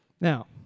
Now